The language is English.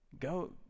Go